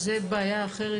טוב, זו בעיה אחרת.